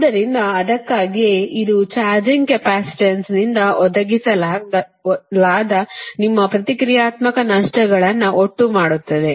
ಆದ್ದರಿಂದ ಅದಕ್ಕಾಗಿಯೇ ಇದು ಚಾರ್ಜಿಂಗ್ ಕೆಪಾಸಿಟನ್ಸ್ನಿಂದ ಒದಗಿಸಲಾದ ನಿಮ್ಮ ಪ್ರತಿಕ್ರಿಯಾತ್ಮಕ ನಷ್ಟಗಳನ್ನು ಒಟ್ಟು ಮಾಡುತ್ತದೆ